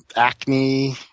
acne,